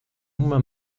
uma